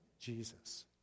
Jesus